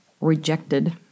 rejected